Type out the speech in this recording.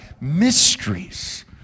Mysteries